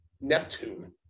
Neptune